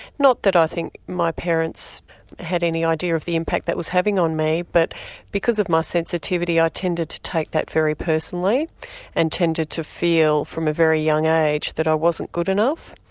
not that i think my parents had any idea of the impact that was having on me, but because of my sensitivity i tended to take that very personally and tended to feel from a very young age that i wasn't good enough.